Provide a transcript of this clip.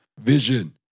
vision